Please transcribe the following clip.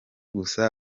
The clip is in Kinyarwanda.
gusa